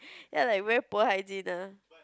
ya like very poor hygiene ah